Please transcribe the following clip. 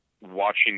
watching